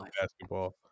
basketball